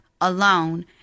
alone